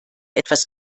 etwas